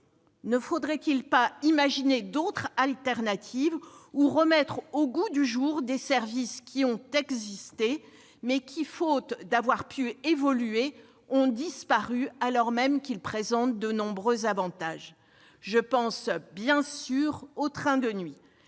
Ne faudrait-il pas imaginer d'autres solutions ou remettre au goût du jour des services qui ont existé, mais qui, faute d'avoir pu évoluer, ont disparu alors même qu'ils présentent de nombreux avantages ? Je pense bien sûr aux trains de nuit.